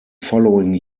following